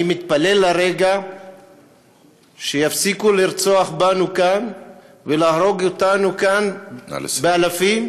אני מתפלל לרגע שיפסיקו לרצוח בנו כאן ולהרוג אותנו כאן באלפים,